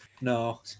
No